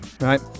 Right